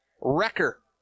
Wrecker